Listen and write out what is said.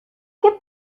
qué